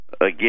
Again